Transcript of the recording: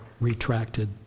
retracted